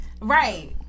Right